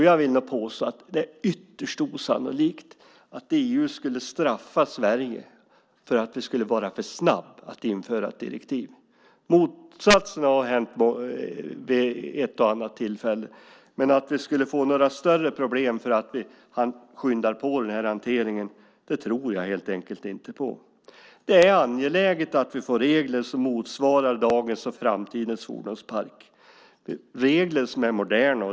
Jag vill nog påstå att det är ytterst osannolikt att EU skulle straffa Sverige för att vi skulle vara för snabba med att införa ett direktiv. Motsatsen har hänt vid ett och annat tillfälle. Men att vi skulle få några större problem för att vi skyndar på den här hanteringen tror jag helt enkelt inte på. Det är angeläget att vi får regler som motsvarar dagens och framtidens fordonspark. Vi behöver regler som är moderna.